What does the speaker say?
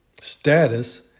status